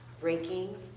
breaking